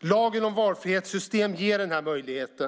Lagen om valfrihetssystem ger denna möjlighet.